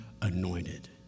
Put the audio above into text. anointed